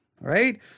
right